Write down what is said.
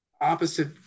Opposite